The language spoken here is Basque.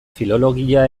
filologia